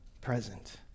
present